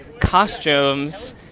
costumes